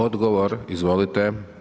Odgovor, izvolite.